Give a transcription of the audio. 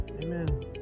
Amen